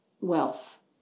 Wealth